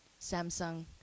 Samsung